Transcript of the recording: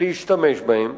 להשתמש בהם,